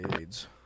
AIDS